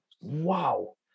Wow